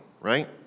right